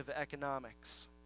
economics